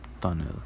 Tunnel